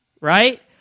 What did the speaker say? right